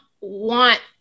want